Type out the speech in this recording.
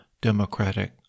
democratic